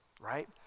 right